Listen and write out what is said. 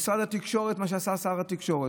משרד התקשורת, מה שעשה שר התקשורת.